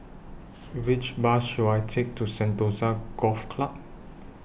Which Bus should I Take to Sentosa Golf Club